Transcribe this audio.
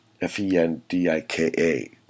F-E-N-D-I-K-A